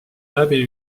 läbi